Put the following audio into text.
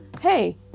hey